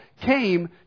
came